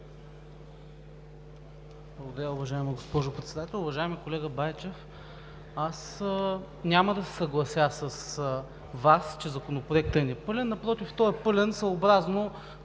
Благодаря Ви, уважаема госпожо Председател. Уважаеми колега Байчев, аз няма да се съглася с Вас, че Законопроектът е непълен. Напротив, той е пълен съобразно